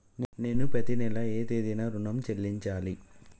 నేను పత్తి నెల ఏ తేదీనా ఋణం చెల్లించాలి?